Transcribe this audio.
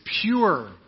pure